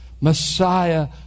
Messiah